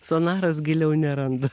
sonaras giliau neranda